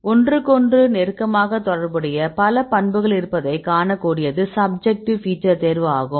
ஒன்றுக்கொன்று நெருக்கமாக தொடர்புடைய பல பண்புகள் இருப்பதை காணக்கூடியது சப்ஜெக்ட்டிவ் ஃபீச்சர் தேர்வு ஆகும்